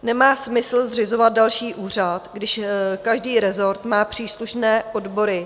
Nemá smysl zřizovat další úřad, když každý rezort má příslušné odbory.